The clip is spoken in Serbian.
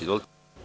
Izvolite.